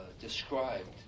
described